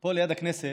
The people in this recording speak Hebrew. פה ליד הכנסת